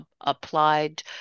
applied